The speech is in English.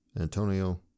Antonio